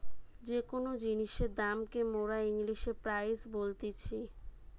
যে কোন জিনিসের দাম কে মোরা ইংলিশে প্রাইস বলতিছি